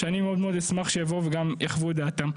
שאני מאוד מאוד אשמח שיבואו וגם יחוו את דעתם.